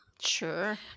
Sure